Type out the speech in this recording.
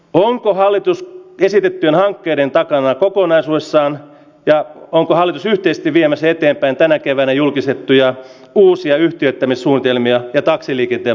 onko hallitus pesee ja kenen takana kokonaisuudessaan jää onko hallitusyhteistyö viemässä eteenpäin tänä keväänä julkistettuja antti rinne luki välikysymystekstin